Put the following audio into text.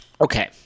Okay